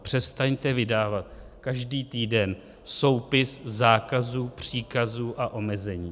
Přestaňte vydávat každý týden soupis zákazů, příkazů a omezení.